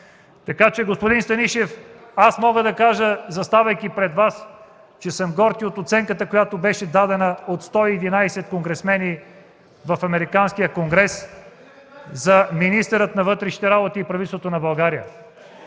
години. Господин Станишев, аз мога да кажа, заставайки пред Вас, че съм горд и от оценката, която беше дадена от 111 конгресмени в Американския конгрес за министъра на вътрешните работи и правителството на България.